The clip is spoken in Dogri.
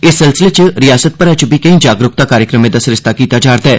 इस सिलसिले च रयासत भरै च बी केई जागरूकता कार्यक्रमें दा सरिस्ता कीता जा'रदा ऐ